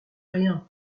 rien